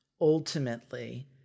ultimately